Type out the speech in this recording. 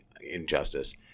injustice